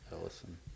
Ellison